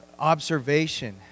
Observation